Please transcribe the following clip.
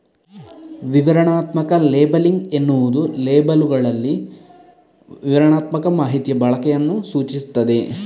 ವಿವರಣಾತ್ಮಕ ಲೇಬಲಿಂಗ್ ಎನ್ನುವುದು ಲೇಬಲ್ಲುಗಳಲ್ಲಿ ವಿವರಣಾತ್ಮಕ ಮಾಹಿತಿಯ ಬಳಕೆಯನ್ನ ಸೂಚಿಸ್ತದೆ